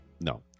no